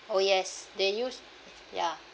oh yes they use ya